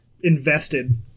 invested